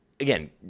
Again